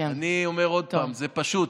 אני אומר עוד פעם: זה פשוט.